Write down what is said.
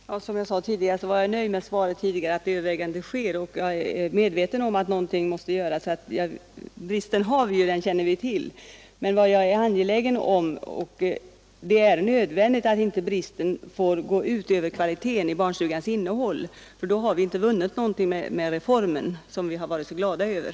Herr talman! Som jag sade tidigare är jag nöjd med att överväganden sker och att man är medveten om att någonting måste göras. Bristen finns och den känner vi till, men det är angeläget att inte ett täckande av den bristen går ut över kvaliteten i barnstugans innehåll. Då har vi inte vunnit något med den barnstugereform som vi är så glada över.